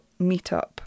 meetup